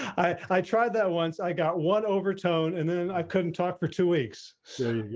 i tried that once i got one overtone, and then i couldn't talk for two weeks. so yeah.